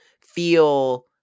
feel